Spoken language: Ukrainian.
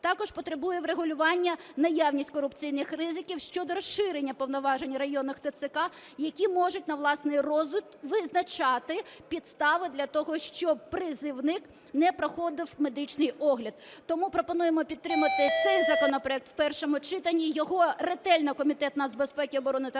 Також потребує врегулювання наявність корупційних ризиків щодо розширення повноважень районних ТЦК, які можуть на власний розсуд визначати підстави для того, щоб призовник не проходив медичний огляд. Тому пропонуємо підтримати цей законопроект у першому читанні, його ретельно Комітет нацбезпеки і оборони та